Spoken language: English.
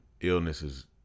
illnesses